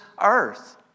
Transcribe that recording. earth